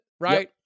right